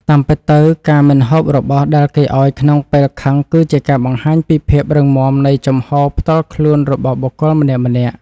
តាមពិតទៅការមិនហូបរបស់ដែលគេឱ្យក្នុងពេលខឹងគឺជាការបង្ហាញពីភាពរឹងមាំនៃជំហរផ្ទាល់ខ្លួនរបស់បុគ្គលម្នាក់ៗ។